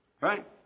right